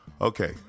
Okay